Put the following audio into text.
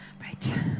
Right